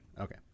Okay